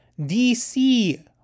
DC